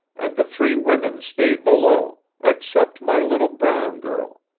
and the three women stayed below, except my little brown girl.